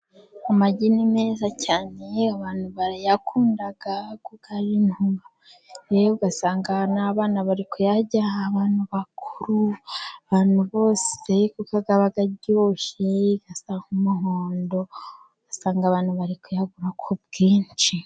Amagi ni meza cyane iyo abantu barayakunda kuko ari intungamubiri ugasanga n'abana bari kuyarya, abantu bakuru, abantu bose kuko aba aryoshye asa n'umuhondo usanga abantu bari kuyagura ku bwinshi.